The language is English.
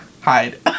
Hide